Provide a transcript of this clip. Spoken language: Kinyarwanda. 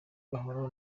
gahoro